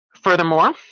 furthermore